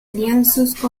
lienzos